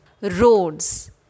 Roads